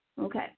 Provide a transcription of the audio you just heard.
Okay